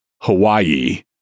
Hawaii